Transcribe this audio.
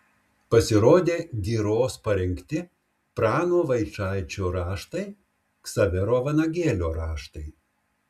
pasirodė giros parengti prano vaičaičio raštai ksavero vanagėlio raštai